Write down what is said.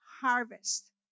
harvest